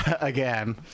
again